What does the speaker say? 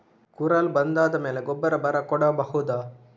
ಕುರಲ್ ಬಂದಾದ ಮೇಲೆ ಗೊಬ್ಬರ ಬರ ಕೊಡಬಹುದ?